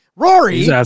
Rory